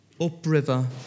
upriver